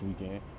weekend